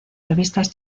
revistas